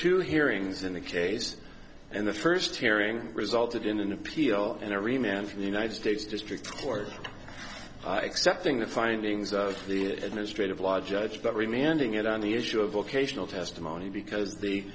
two hearings in the case and the first hearing resulted in an appeal and every man from the united states district court accepting the findings of the administrative law judge but we managing it on the issue of vocational testimony because the